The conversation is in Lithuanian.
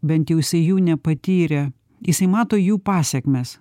bent jau jisai jų nepatyrė jisai mato jų pasekmes